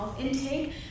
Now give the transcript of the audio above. intake